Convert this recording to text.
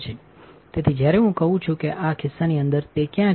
તેથી જ્યારે હું કહું છું કે આ ખિસ્સાની અંદર તે ક્યાં છે